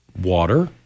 water